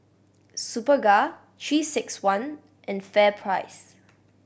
Superga Three Six One and FairPrice